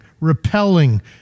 repelling